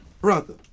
Brother